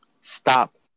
stop